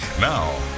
Now